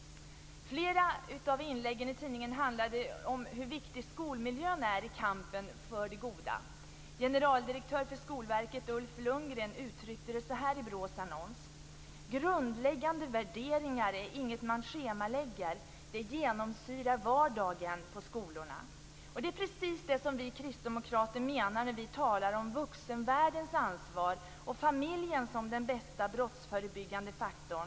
Flera av inläggen i tidningen handlade om hur viktig skolmiljön är i kampen för det goda. Generaldirektör för skolverket, Ulf Lundgren, uttryckte det så här i BRÅ:s annons: Grundläggande värderingar är inget man schemalägger, det genomsyrar vardagen på skolorna. Det är precis det vi kristdemokrater menar när vi talar om vuxenvärldens ansvar och familjen som den bästa brottsförebyggande faktorn.